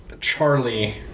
Charlie